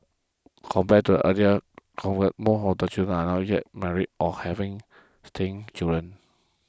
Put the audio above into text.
compared to earlier more of them chosen are not yet married or having children